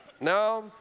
No